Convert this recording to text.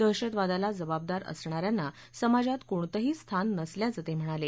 दहशतवादाला जबाबदार असणा यांना समाजात कोणतंही स्थान नसल्याचं ते म्हणाले